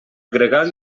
gregal